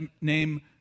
name